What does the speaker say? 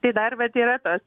tai dar vat yra tas